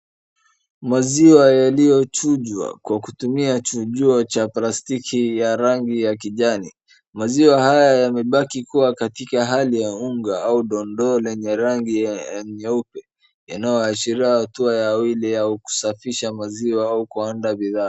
Maziwa yaliyochunjwa kwa kutumia chunjuo cha plastiki ya rangi ya kijani. Maziwa haya yamebaki kuwa katika hali ya unga au dondoo lenye rangi ya nyeupe yanayoashiria hatua ya au kusafisha maziwa au kuandaa bidhaa.